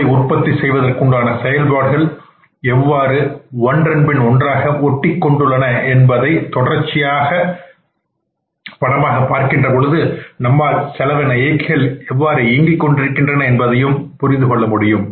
பொருளை உற்பத்தி செய்வதற்கு உண்டான செயல்பாடுகள் எவ்வாறு ஒன்றன்பின் ஒன்றாக ஒட்டிக் கொண்டுள்ளன என்பதை தொடர்ச்சியான படமாக பார்க்கின்ற பொழுது நம்மால் செலவின இயக்கிகள் எவ்வாறு இயங்கிக் கொண்டிருக்கின்றன என்பதையும் கண்டுபிடிக்க முடியும்